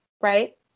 right